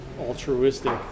altruistic